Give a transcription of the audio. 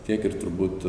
tiek ir turbūt